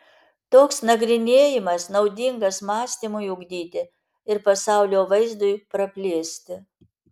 toks nagrinėjimas naudingas mąstymui ugdyti ir pasaulio vaizdui praplėsti